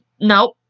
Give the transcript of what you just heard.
nope